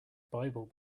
bible